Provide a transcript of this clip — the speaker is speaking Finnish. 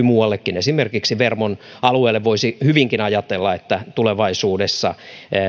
muuallekin esimerkiksi vermon alueesta voisi hyvinkin ajatella että tulevaisuudessa